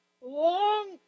long